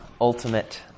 ultimate